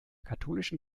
katholischen